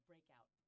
Breakout